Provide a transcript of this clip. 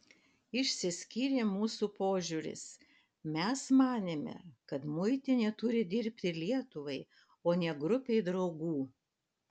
išsiskyrė mūsų požiūris mes manėme kad muitinė turi dirbti lietuvai o ne grupei draugų